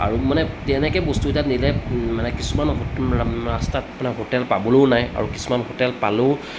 আৰু মানে তেনেকৈ বস্তুকেইটা নিলে মানে কিছুমান ৰাস্তাত মানে হোটেল পাবলৈও নাই আৰু কিছুমান হোটেল পালেও